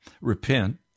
Repent